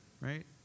right